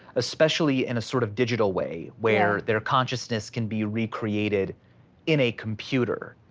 especially in a sort of digital way where their consciousness can be recreated in a computer.